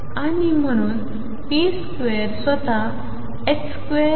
आणि म्हणून p2 स्वतः 24L2